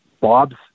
Bob's